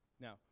Now